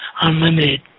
unlimited